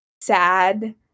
sad